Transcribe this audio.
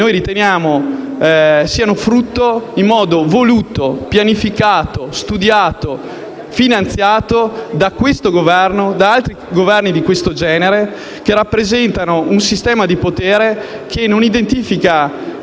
Anzi, riteniamo che sia un modello voluto, pianificato, studiato e finanziato da questo Governo e da altri Esecutivi di questo genere, che rappresentano un sistema di potere che non identifica